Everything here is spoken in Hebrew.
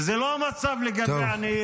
וזה לא המצב לגבי העניים.